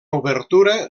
obertura